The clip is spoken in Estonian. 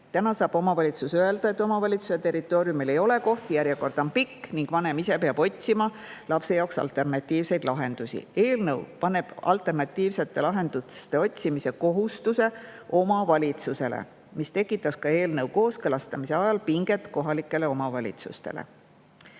Täna saab omavalitsus öelda, et omavalitsuse territooriumil ei ole kohti, järjekord on pikk ning vanem ise peab otsima lapse jaoks alternatiivseid lahendusi. Eelnõu paneb alternatiivsete lahenduste otsimise kohustuse omavalitsusele. See tekitas ka eelnõu kooskõlastamise ajal pinget kohalikele omavalitsustele.